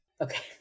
Okay